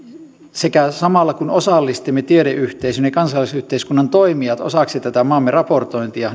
että samalla osallistamme tiedeyhteisön ja kansalaisyhteiskunnan toimijat osaksi tätä maamme raportointia